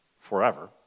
forever